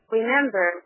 remember